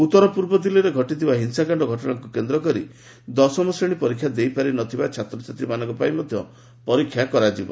ଉତ୍ତର ପୂର୍ବ ଦିଲ୍ଲୀରେ ଘଟିଥିବା ହିଂସାକାଣ୍ଡ ଘଟଣାକୁ କେନ୍ଦ୍ରକରି ଦଶମ ଶ୍ରେଣୀ ପରୀକ୍ଷା ଦେଇପାରିନଥିବା ଛାତ୍ରଛାତ୍ରୀମାନଙ୍କ ପାଇଁ ମଧ୍ୟ ପରୀକ୍ଷା କରାଯିବ